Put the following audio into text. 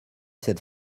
cette